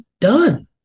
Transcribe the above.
Done